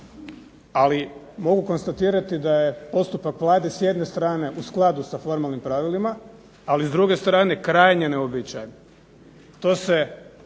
ali mogu konstatirati da je postupak Vlade s jedne strane u skladu s formalnim pravilima, ali s druge strane krajnje neuobičajen.